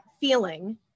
feeling